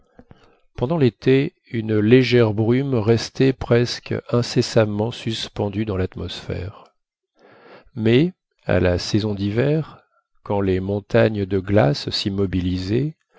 pendant l'été une légère brume restait presque incessamment suspendue dans l'atmosphère mais à la saison d'hiver quand les montagnes de glace s'immobilisaient